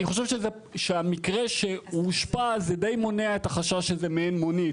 אני חשוב שהמקרה שאושפז זה די מונע את החשש שזה מעין מונית,